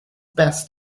best